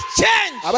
change